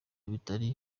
bitari